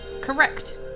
correct